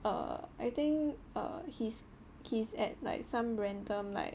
err I think err he's he's at like some random like